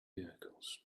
vehicles